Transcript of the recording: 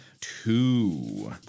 two